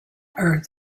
earth